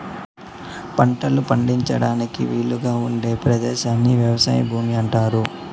పంటలు పండించడానికి వీలుగా ఉండే పదేశాన్ని వ్యవసాయ భూమి అంటారు